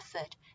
effort